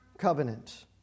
covenant